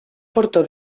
portó